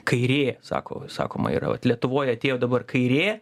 kairė sako sakoma yra va lietuvoj atėjo dabar kairė